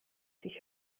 sich